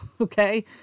Okay